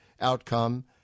outcome